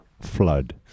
flood